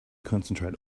concentrate